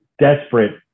desperate